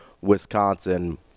Wisconsin